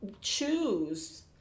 choose